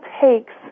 takes